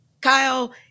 Kyle